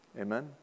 Amen